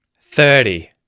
thirty